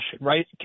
right